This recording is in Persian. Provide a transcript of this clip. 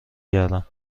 گردم